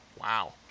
Wow